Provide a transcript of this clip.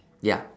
ya